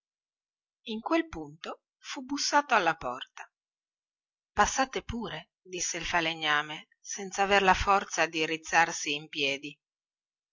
in quel punto fu bussato alla porta passate pure disse il falegname senza aver la forza di rizzarsi in piedi